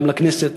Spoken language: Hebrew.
גם בבחירות לכנסת